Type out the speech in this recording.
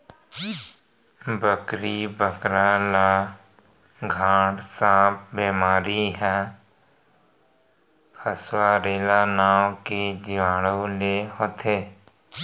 बोकरी बोकरा ल घट सांप बेमारी ह पास्वरेला नांव के जीवाणु ले होथे